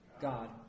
God